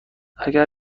اگر